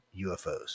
UFOs